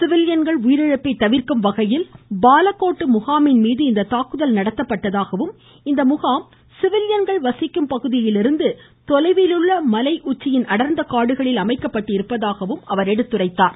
சிவிலியன்கள் உயிரிழப்பை தவிர்க்கும் வகையில் பாலக்கோட் முகாமின் மீது இந்த தாக்குதல் நடத்தப்பட்டதாகவும இந்த முகாம் சிவிலியன்கள் வசிக்கும் பகுதியிலிருந்து தொலைவிலுள்ள மலை உச்சியின் காடுகளில் அமைக்கப்பட்டிருந்ததாகவும் அவர் சுட்டிக்காட்டினார்